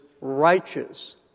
righteous